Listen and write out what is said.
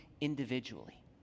individually